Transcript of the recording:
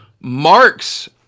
Marx